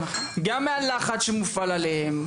גם מהלחץ שמופעל עליהן,